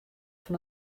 fan